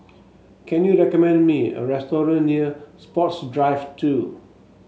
can you recommend me a restaurant near Sports Drive Two